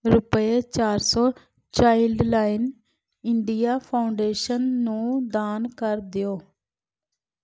ਰੁਪਏ ਚਾਰ ਸੌ ਚਾਈਲਡ ਲਾਈਨ ਇੰਡੀਆ ਫਾਊਂਡੇਸ਼ਨ ਨੂੰ ਦਾਨ ਕਰ ਦਿਓ